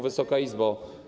Wysoka Izbo!